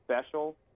special